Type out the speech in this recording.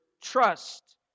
trust